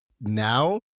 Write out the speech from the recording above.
now